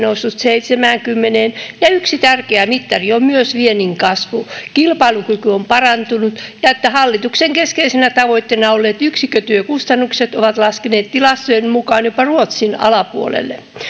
noussut seitsemäänkymmeneen ja yksi tärkeä mittari on myös viennin kasvu kilpailukyky on parantunut ja hallituksen keskeisenä tavoitteena olleet yksikkötyökustannukset ovat laskeneet tilastojen mukaan jopa ruotsin alapuolelle